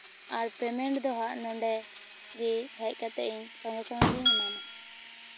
ᱟᱨ payment ᱫᱚᱦᱟᱜ ᱱᱚᱰᱮ ᱜᱮ ᱦᱮᱡ ᱠᱟᱛᱮ ᱤᱧ ᱥᱚᱝᱜᱮ ᱥᱚᱝᱜᱮ ᱜᱤᱧ ᱮᱢᱟᱢᱟ